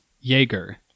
Jaeger